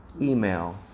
email